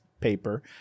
paper